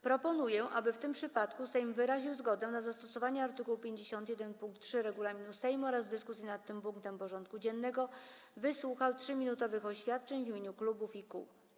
Proponuję, aby w tym przypadku Sejm wyraził zgodę na zastosowanie art. 51 pkt 3 regulaminu Sejmu oraz w dyskusji nad tym punktem porządku dziennego wysłuchał 3-minutowych oświadczeń w imieniu klubów i kół.